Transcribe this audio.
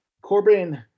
Corbin